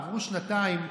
עברו שנתיים,